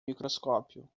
microscópio